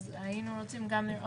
אם יהיו יהיו.